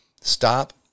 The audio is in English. Stop